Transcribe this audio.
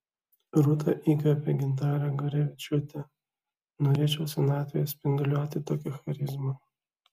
rūta įkvėpė gintarę gurevičiūtę norėčiau senatvėje spinduliuoti tokia charizma